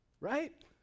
Right